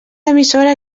emissora